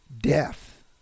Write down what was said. death